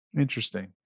Interesting